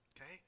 okay